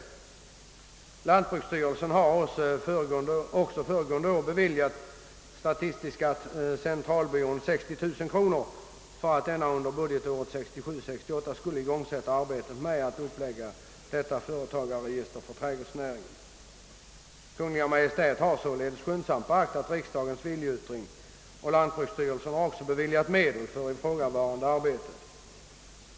Lantbruksstyrelsen har också under föregående år beviljat statistiska centralbyrån 60-000 kronor för att denna under budgetåret 1967/68 skulle igångsätta arbetet med att upplägga detta företagsregister för trädgårdsnäringen. Kungl. Maj:t har således skyndsamt beaktat riksdagens = viljeyttring, och lantbruksstyrelsen har också beviljat medel för ifrågavarande arbete.